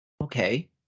okay